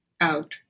out